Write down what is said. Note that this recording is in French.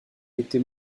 était